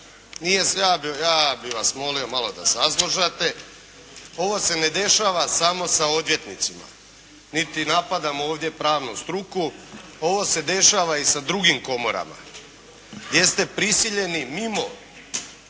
ja bih vas molio malo da saslušate. Ovo se ne dešava samo sa odvjetnicima niti napadamo ovdje pravnu struku. Ovo se dešava i sa drugim komorama jer ste prisiljeni mimo